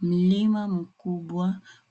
Mlima mkubwa